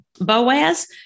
Boaz